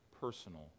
personal